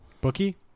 bookie